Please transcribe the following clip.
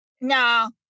no